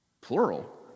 plural